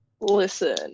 Listen